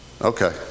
Okay